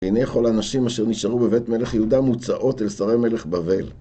והנה כל הנשים אשר נשארו בבית מלך יהודה מוצאות אל שרי מלך בבל.